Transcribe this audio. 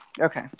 Okay